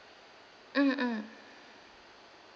mm mm